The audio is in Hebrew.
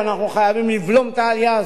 אנחנו חייבים לבלום את העלייה הזאת,